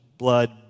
blood